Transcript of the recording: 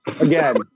Again